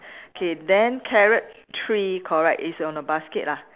K then carrot three correct it's on a basket lah